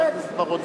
חבר הכנסת בר-און.